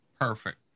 Perfect